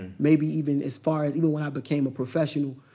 maybe even as far as, even when i became a professional,